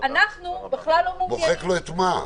אנחנו בכלל לא מעוניינים